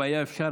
אם היה אפשר,